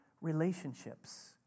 relationships